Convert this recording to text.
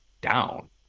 down